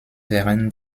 während